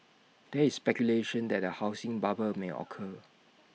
there is speculation that A housing bubble may occur